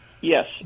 Yes